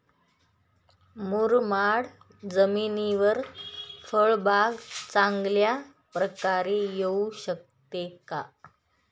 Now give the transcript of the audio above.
मुरमाड जमिनीवर फळबाग चांगल्या प्रकारे येऊ शकते का?